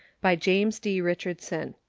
by james d. richardson